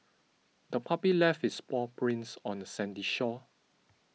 the puppy left its paw prints on the sandy shore